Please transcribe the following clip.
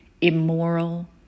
immoral